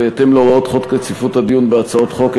בהתאם להוראות חוק רציפות הדיון בהצעות חוק,